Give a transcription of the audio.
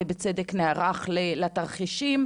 בצדק נערך לתרחישים,